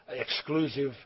exclusive